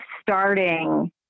starting